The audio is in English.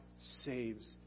saves